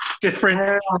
Different